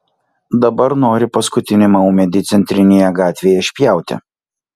dabar nori paskutinį maumedį centrinėje gatvėje išpjauti